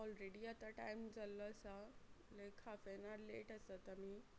already आतां time जाल्लो आसा लायक हाफेन लेट आसात आमी